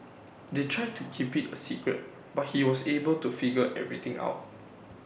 they tried to keep IT A secret but he was able to figure everything out